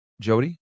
Jody